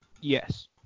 Yes